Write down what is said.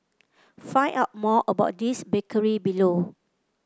find out more about this bakery below